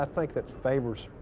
i, think that favors,